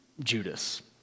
Judas